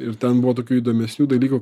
ir ten buvo tokių įdomesnių dalykų